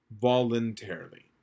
voluntarily